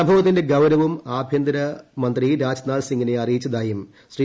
സംഭവത്തിന്റെ ഗൌരവം കേന്ദ്ര ആഭ്യന്തരമന്ത്രി രാജ്നാഥ് സിംഗിനെ അറിയിച്ചതായും ശ്രീ